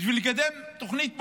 בשביל לקדם תוכנית מפורטת,